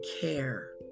care